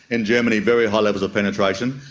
in germany very high levels of penetration.